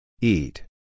Eat